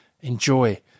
enjoy